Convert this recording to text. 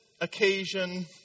occasion